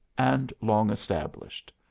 and long-established.